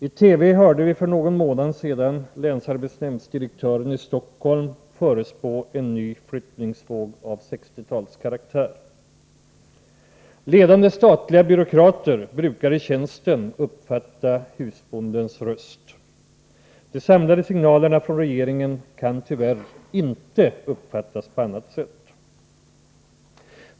I TV hörde vi för någon månad sedan länsarbetsnämndsdirektören i Stockholm förutspå en ny flyttningsvåg av 1960-talskaraktär. Ledande statliga byråkrater brukar i tjänsten uppfatta husbondens röst. De samlade signalerna från regeringen kan tyvärr inte uppfattas på annat sätt.